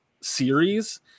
series